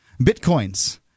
Bitcoins